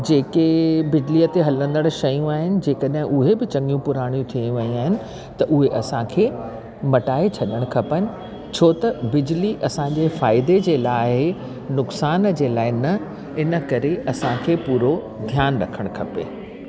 जेके बिजलीअ ते हलंदड़ शयूं आहिनि जे कॾहिं उहे बि पुराणियूं थी वयूं आहिनि त उहे असांखे मटाइ छॾणु खपनि छो त बिजली असांजे फ़ाइदे जे लाइ नुकसानु जे लाइ न इन करे असांखे पूरो ध्यानु रखणु खपे